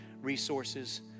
resources